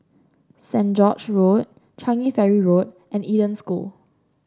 Saint George Road Changi Ferry Road and Eden School